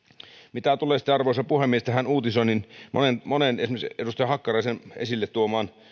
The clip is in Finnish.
mitä tulee arvoisa puhemies tähän monen esimerkiksi edustaja hakkaraisen esille tuomaan